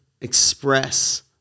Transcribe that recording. express